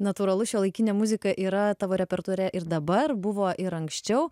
natūralus šiuolaikinė muzika yra tavo repertuare ir dabar buvo ir anksčiau